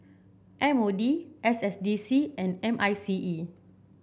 M O D S S D C and M I C E